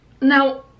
now